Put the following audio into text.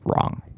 wrong